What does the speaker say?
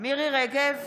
מירי מרים רגב,